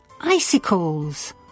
Icicles